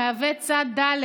המהווה צד ד'